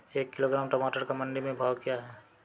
एक किलोग्राम टमाटर का मंडी में भाव क्या है?